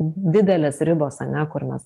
didelės ribos ane kur mes